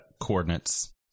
coordinates